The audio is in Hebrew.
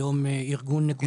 היום ארגון ---.